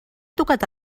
tocat